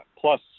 Plus